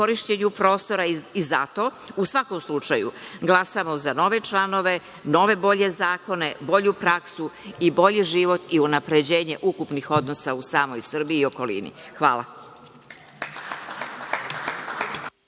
korišćenju prostora i zato u svakom slučaju glasamo za nove članove, nove bolje zakone, bolju praksu i bolji život i unapređenje ukupnih odnosa u samoj Srbiji i okolini. Hvala.